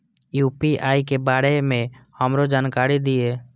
UPI के बारे में हमरो जानकारी दीय?